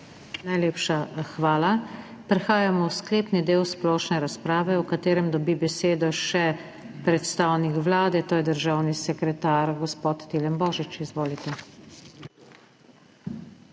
Najlepša hvala. Prehajamo v sklepni del splošne razprave, v katerem dobi besedo še predstavnik Vlade, to je državni sekretar gospod Tilen Božič. Izvolite.